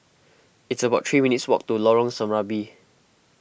it's about three minutes' walk to Lorong Serambi